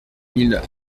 mille